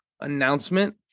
announcement